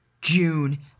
June